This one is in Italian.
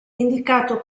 indicato